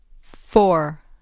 four